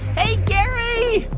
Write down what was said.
hey, gary.